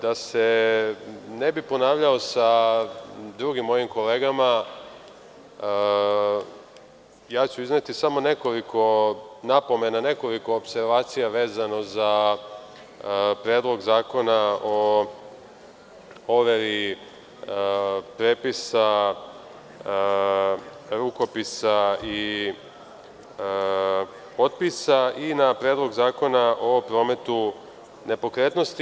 Da se ne bi ponavljao sa drugim mojim kolegama, ja ću izneti samo nekoliko napomena, nekoliko opservacija vezano za predlog zakona o overi prepisa, rukopisa i potpisa, i na predlog zakona o prometu nepokretnosti.